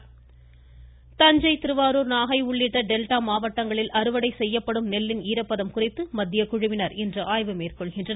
மத்திய குழு தஞ்சை திருவாரூர் நாகை உள்ளிட்ட டெல்டா மாவட்டங்களில் அறுவடை செய்யப்படும் நெல்லின் ஈரப்பதம் குறித்து மத்திய குழுவினர் இன்று ஆய்வு மேற்கொள்கின்றனர்